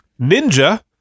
Ninja